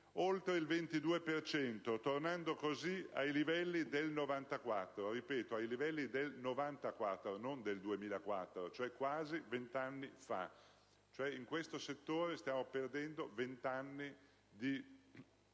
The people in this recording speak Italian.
per cento, tornando così ai livelli del 1994; ripeto, ai livelli del 1994, non del 2004, cioè quasi vent'anni fa: in questo settore stiamo perdendo vent'anni di